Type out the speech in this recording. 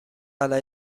علیه